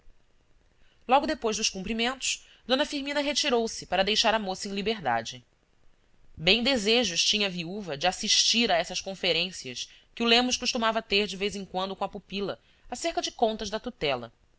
logo depois dos cumprimentos d firmina retirou-se para deixar a moça em liberdade bem desejos tinha a viúva de assistir a essas conferências que o lemos costumava ter de vez em quando com a pupila acerca de contas da tutela